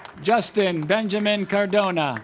justin benjamin cardona